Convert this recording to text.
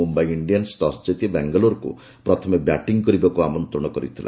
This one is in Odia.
ମୁମ୍ବାଇ ଇଣ୍ଡିଆନ୍ନ ଟସ୍ ଜିତି ବାଙ୍ଗାଲୋରକୁ ପ୍ରଥମେ ବ୍ୟାଟିଂ କରିବାକୁ ଆମନ୍ତ୍ରଣ କରିଥିଲା